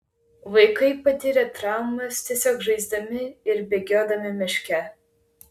vaikai patiria traumas tiesiog žaisdami ir bėgiodami miške